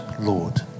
Lord